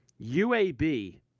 UAB